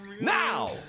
Now